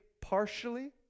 partially